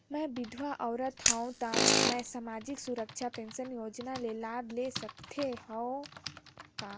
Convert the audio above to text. मैं विधवा औरत हवं त मै समाजिक सुरक्षा पेंशन योजना ले लाभ ले सकथे हव का?